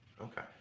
Okay